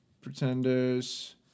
Pretenders